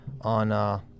on